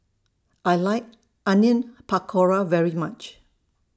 I like Onion Pakora very much